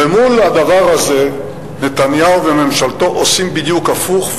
מול הדבר הזה נתניהו וממשלתו עושים בדיוק הפוך,